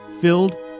filled